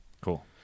Cool